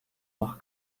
noch